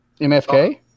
MFK